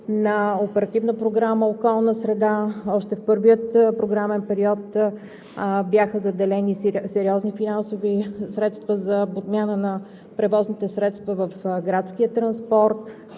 на Оперативна програма „Околна среда“ още в първия програмен период бяха заделени сериозни финансови средства за подмяна на превозните средства в градския транспорт.